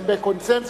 הם בקונסנזוס,